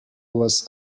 was